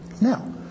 Now